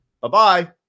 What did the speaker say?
Bye-bye